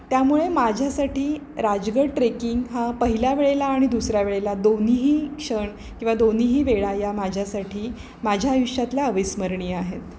त्यामुळे माझ्यासाठी राजगड ट्रेकिंग हा पहिल्या वेळेला आणि दुसऱ्या वेळेला दोन्हीही क्षण किंवा दोन्हीही वेळा या माझ्यासाठी माझ्या आयुष्यातल्या अविस्मरणीय आहेत